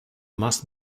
must